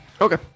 Okay